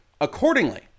Accordingly